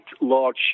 large